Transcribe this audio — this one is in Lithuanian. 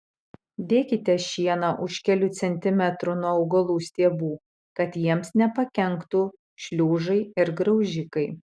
dėkite šieną už kelių centimetrų nuo augalų stiebų kad jiems nepakenktų šliužai ir graužikai